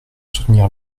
soutenir